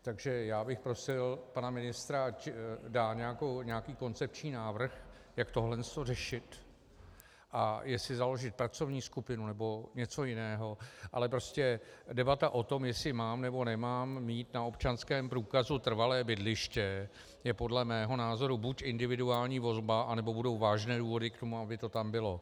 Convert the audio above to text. Takže bych prosil pana ministra, ať dá nějaký koncepční návrh, jak tohle řešit a jestli založit pracovní skupinu, nebo něco jiného, ale prostě debata o tom, jestli mám, nebo nemám mít na občanském průkazu trvalé bydliště, je podle mého názoru buď individuální volba, anebo budou vážné důvody k tomu, aby to tam bylo.